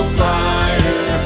fire